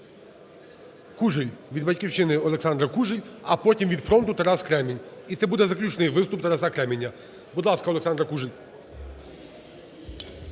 Кужель, від "Батьківщини" Олександра Кужель, а потім від "Фронту" Тарас Кремінь. І це буде заключний виступ Тараса Кременя. Будь ласка, Олександра Кужель.